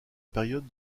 période